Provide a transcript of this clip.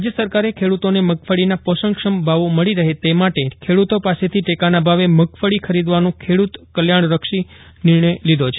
રાજ્ય સરકારે ખેડ્રતોને મગફળીના પોષણક્ષમ ભાવો મળી રહે તે માટે ખેડ્તો પાસેથી ટેકાના ભાવે મગફળી ખરીદવાનો ખેડૂત કલ્યાણલક્ષી નિર્ણય લીધો છે